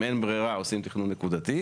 לשנות לייעוד אחר שהוא ציבורי לצורך העניין.